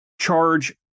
charge